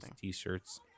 t-shirts